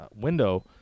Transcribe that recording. window